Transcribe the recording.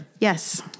Yes